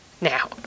now